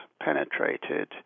penetrated